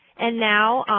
and now,